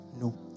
No